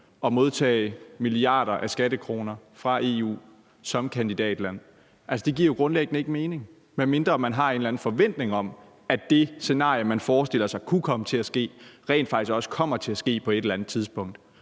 og modtage milliarder af skattekroner fra EU som kandidatland. Altså, det giver jo grundlæggende ikke mening, medmindre man har en eller anden forventning om, at det scenarie, man forestiller sig kunne komme til at ske, rent faktisk også kommer til at ske på et eller andet tidspunkt.